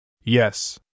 Yes